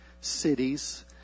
cities